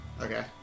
Okay